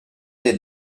des